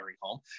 home